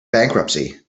bankruptcy